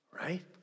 Right